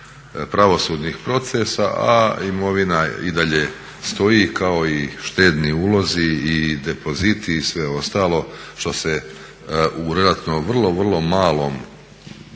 pravosudnih procesa a imovina i dalje stoji kao i štedni ulozi i depoziti i sve ostalo što se u relativno vrlo, vrlo